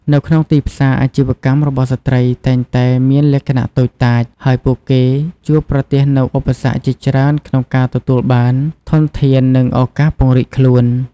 នៅក្នុងទីផ្សារ អាជីវកម្មរបស់ស្ត្រីតែងតែមានលក្ខណៈតូចតាច ហើយពួកគេជួបប្រទះនូវឧបសគ្គជាច្រើនក្នុងការទទួលបានធនធាន និងឱកាសពង្រីកខ្លួន។